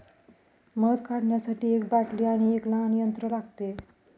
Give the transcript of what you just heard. मध काढण्यासाठी एक बाटली आणि एक लहान यंत्र लागते